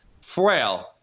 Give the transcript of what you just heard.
frail